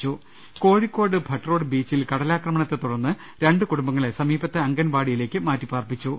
്്്്്്്് Kozhikode Bhatt road ബീച്ചിൽ കടലാക്രമണത്തെ തുടർന്ന് രണ്ട് കുടുംബങ്ങളെ സമീപത്തെ അംഗൻവാടിയിലേക്ക് മാറ്റി പാർപ്പിച്ചു